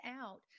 out